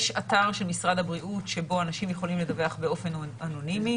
יש אתר של משרד הבריאות שבו אנשים יכולים לדווח באופן אנונימי.